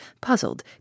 puzzled